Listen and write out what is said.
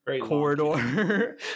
corridor